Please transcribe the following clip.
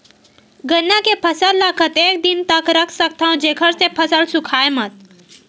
गन्ना के फसल ल कतेक दिन तक रख सकथव जेखर से फसल सूखाय मत?